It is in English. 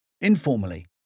Informally